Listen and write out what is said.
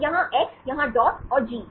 तो यहाँ एक्स यहाँ डॉट और जी